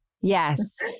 Yes